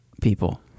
People